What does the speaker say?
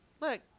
look